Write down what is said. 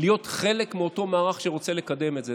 להיות חלק מאותו מערך שרוצה לקדם את זה.